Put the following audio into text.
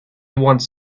wants